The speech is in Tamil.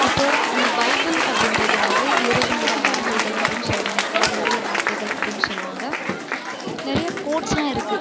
இப்போ அந்த பைபிள் அப்படின்றது வந்து இறைவனோட வார்த்தைகள் அப்படின்னு சொல்லுவாங்க கடவுளுடைய வார்த்தைகள் அப்படின்னு சொல்லுவாங்க நிறைய கோட்ஸ்லாம் இருக்கு